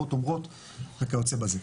וכיוצא בזה.